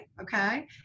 okay